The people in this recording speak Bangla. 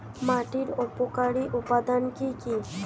মাটির উপকারী উপাদান কি কি?